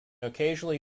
occasionally